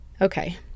okay